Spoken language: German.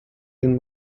den